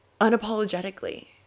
Unapologetically